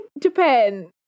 japan